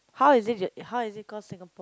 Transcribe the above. how is it that how is it called Singapore